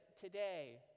today